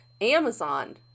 amazon